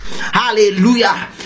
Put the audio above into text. hallelujah